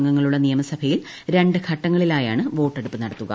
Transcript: അംഗങ്ങളുള്ള നിയമസഭയിൽ രണ്ട് ഘട്ടങ്ങളിലായാണ് വോട്ടെടൂപ്പ് നടത്തുക